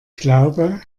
glaube